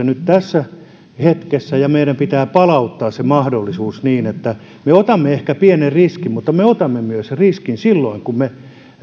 nyt tässä hetkessä niin meidän pitää palauttaa se mahdollisuus me otamme ehkä pienen riskin mutta me otamme riskin myös silloin kun me